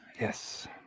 Yes